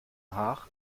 haag